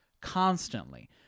constantly